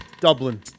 Dublin